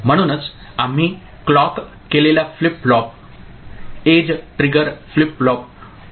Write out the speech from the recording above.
म्हणूनच आम्ही क्लॉक केलेला flip flop edge trigger flip flop पाहिलेला आहे